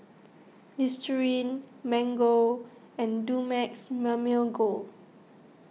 Listerine Mango and Dumex Mamil Gold